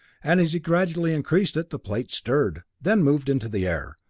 and as he gradually increased it, the plate stirred, then moved into the air.